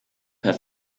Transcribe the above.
per